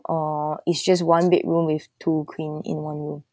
or it's just one bedroom with two queen in one room